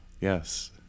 Yes